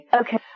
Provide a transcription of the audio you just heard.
Okay